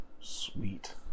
Sweet